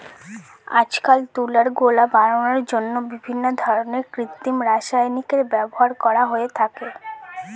আজকাল তুলার গোলা বানানোর জন্য বিভিন্ন ধরনের কৃত্রিম রাসায়নিকের ব্যবহার করা হয়ে থাকে